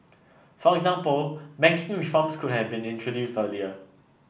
for example reforms could have been introduced earlier